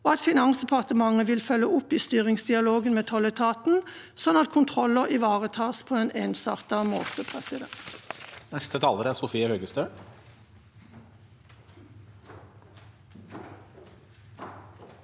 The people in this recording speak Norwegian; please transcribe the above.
og at Finansdepartementet vil følge opp i styringsdialogen med tolletaten, slik at kontroller ivaretas på en ensartet måte.